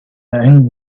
young